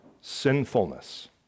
sinfulness